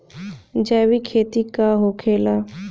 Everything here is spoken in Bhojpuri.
जैविक खेती का होखेला?